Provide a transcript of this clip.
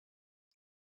sed